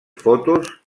fotos